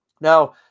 Now